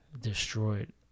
Destroyed